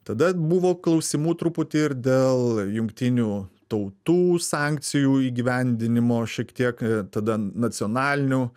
tada buvo klausimų truputį ir dėl jungtinių tautų sankcijų įgyvendinimo šiek tiek tada nacionalinių